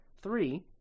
three